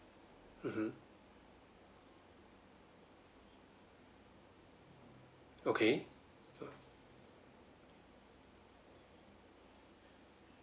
mmhmm okay